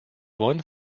one